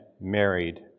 married